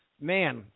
man